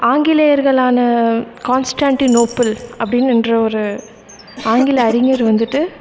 ஆங்கிலேயர்களான கான்ஸ்டாண்டினோப்பில் அப்படின்னு என்ற ஒரு ஆங்கில அறிஞர் வந்துட்டு